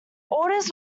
orders